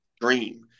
dream